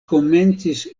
komencis